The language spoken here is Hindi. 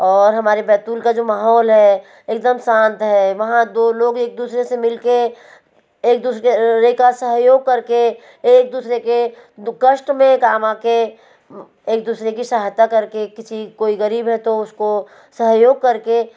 और हमारे बैतूल का जो माहौल है एकदम शांत वहाँ दो लोग एक दूसरे को मिल के एक दूसरे का सहयोग करके एक दूसरे के कष्ट में काम आ के एक दूसरे की सहायता करके किसी कोई गरीब है तो उसको सहयोग करके